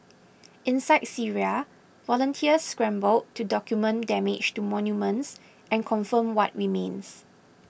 inside Syria volunteers scramble to document damage to monuments and confirm what remains